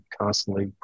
constantly